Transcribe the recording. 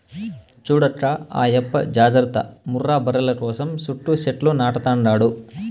చూడక్కా ఆయప్ప జాగర్త ముర్రా బర్రెల కోసం సుట్టూ సెట్లు నాటతండాడు